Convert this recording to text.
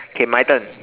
okay my turn